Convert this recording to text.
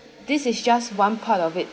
this is just one part of it